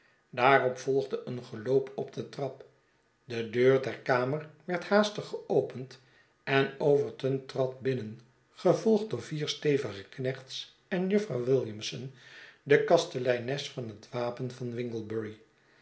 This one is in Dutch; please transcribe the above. daarop volgde een geloop op de trap de deur der kamer werd haastig geopend en overton trad binnen gevolgd door vier stevige knechts en jufvrouw williamson de kasteleines van het wapen van winglebury